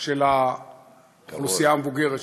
של האוכלוסייה המבוגרת,